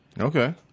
Okay